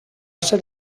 ser